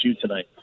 tonight